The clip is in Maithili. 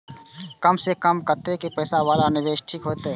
कम से कम कतेक पैसा वाला निवेश ठीक होते?